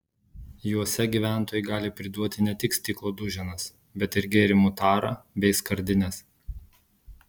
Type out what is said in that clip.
juose gyventojai gali priduoti ne tik stiklo duženas bet ir gėrimų tarą bei skardines